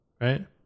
Right